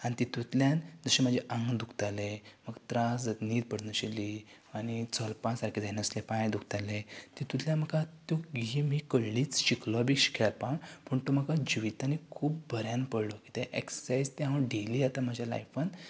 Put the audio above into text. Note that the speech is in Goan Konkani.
आनी तितूंतल्यान तशें म्हाजें आंग दुखतालें म्हाका त्रास न्हिद पडनाशिल्ली आनी चलपाक सारकें जाय नाशिल्लें पांय दुकताले तितूंतल्यान म्हाका त्यो यें आमी कळलीच शिकलो बी खेळपाक पूण तें जिवीतान म्हाका खूब बऱ्यान पडलें तें एक्ससरसायज तें हांव डेली आतां म्हाज्या लायफांत